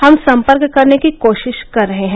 हम सम्पर्क करने की कोषिष कर रहे है